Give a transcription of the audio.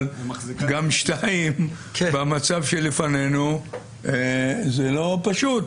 אבל שתיים במצב שלפנינו זה לא פשוט